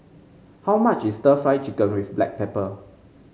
how much is stir Fry Chicken with Black Pepper